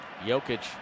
Jokic